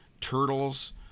turtles